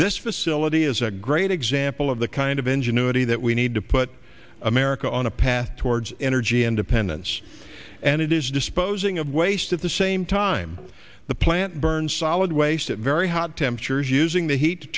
this facility is a great example of the kind of ingenuity that we need to put america on a path towards energy independence and it is disposing of waste at the same time the plant burns solid waste a very hot temperatures using the heat to